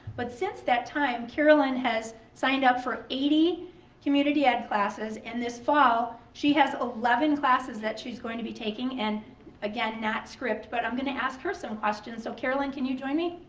but since that time, carolyn has signed up for eighty community ed classes and this fall she has eleven classes that she's going to be taking and again, not script, but i'm going to ask her some questions. so carolyn can you join me?